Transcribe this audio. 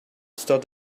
start